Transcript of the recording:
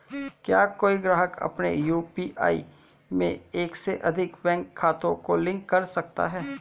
क्या कोई ग्राहक अपने यू.पी.आई में एक से अधिक बैंक खातों को लिंक कर सकता है?